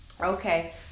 Okay